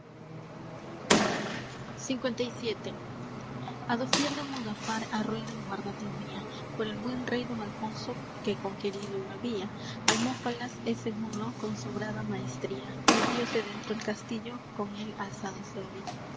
adofir de mudafar á rueda en guarda tenía por el buen rey don alfonso que conquerido la había almofalas ese moro con sobrada maestría metióse dentro el castillo con él alzado se